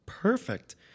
perfect